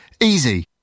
Easy